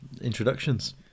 introductions